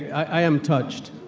i am touched,